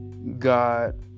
God